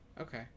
Okay